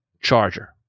charger